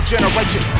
generation